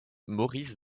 maurice